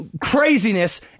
craziness